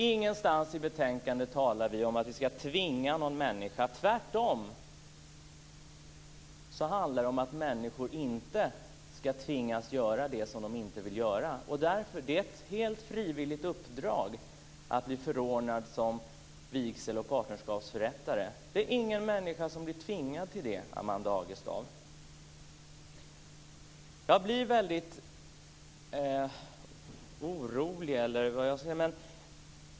Ingenstans i betänkandet talas det om att vi vill tvinga någon människa. Tvärtom, det handlar om att människor inte ska tvingas göra det som de inte vill göra. Det rör sig om ett helt frivilligt uppdrag att bli förordnad som vigsel och partnerskapsförrättare. Det är ingen människa som blir tvingad till det, Amanda Jag blir faktiskt orolig.